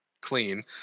clean